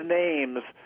names